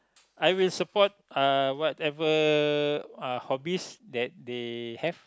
I will support uh whatever uh hobbies that they have